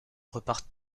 repartent